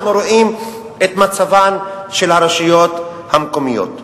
רואים את מצבן של הרשויות המקומיות?